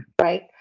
right